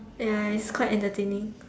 ya it's quite entertaining